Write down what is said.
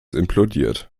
implodiert